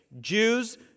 Jews